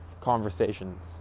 conversations